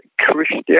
Christian